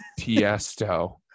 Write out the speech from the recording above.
Tiesto